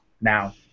now